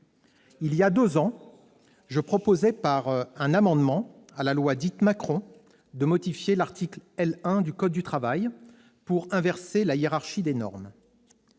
Il y a deux ans, je proposais, un amendement au projet de loi dit Macron, de modifier l'article L. 1 du code du travail pour inverser la hiérarchie des normes.